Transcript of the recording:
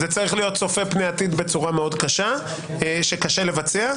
זה צריך להיות צופה פני עתיד בצורה שקשה לבצע.